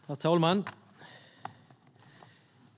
Herr talman!